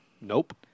Nope